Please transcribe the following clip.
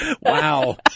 Wow